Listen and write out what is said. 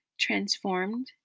transformed